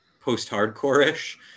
post-hardcore-ish